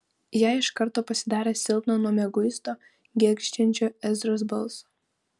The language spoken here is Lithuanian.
jai iš karto pasidarė silpna nuo mieguisto gergždžiančio ezros balso